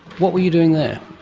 what were you doing there?